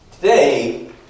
Today